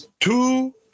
Two